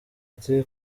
ata